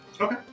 Okay